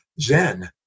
zen